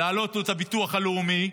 להעלות לו את הביטוח הלאומי,